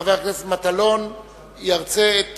חבר הכנסת מטלון ירצה את